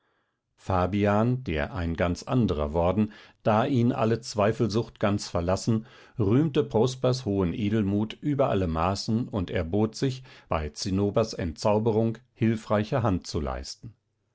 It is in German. fabian der ein ganz anderer worden da ihn alle zweifelsucht ganz verlassen rühmte prospers hohen edelmut über alle maßen und erbot sich bei zinnobers entzauberung hilfreiche hand zu leisten